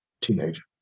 teenager